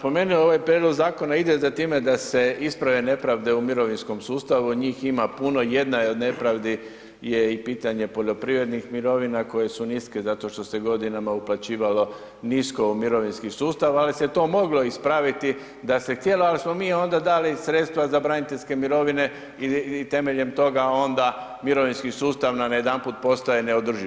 Kao što sam napomenuo, ovaj prijedlog zakona ide za time da se isprave nepravde u mirovinskom sustavu, njih ima puno, jedna je od nepravdi je i pitanje poljoprivrednih mirovina koje su niske zato što se godinama uplaćivalo nisko u mirovinski sustav, ali se to moglo ispraviti da se htjelo, ali smo mi onda dali sredstva za braniteljske mirovine i temeljem toga onda mirovinski sustav nam najedanput postaje neodrživ.